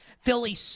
Philly